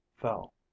fell